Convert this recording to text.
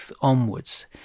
onwards